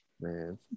Man